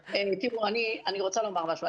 תראו, אני רוצה לומר משהו.